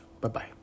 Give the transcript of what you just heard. Bye-bye